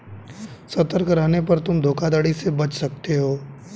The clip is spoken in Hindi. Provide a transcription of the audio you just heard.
सतर्क रहने पर तुम धोखाधड़ी से बच सकते हो